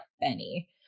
Benny